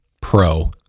Pro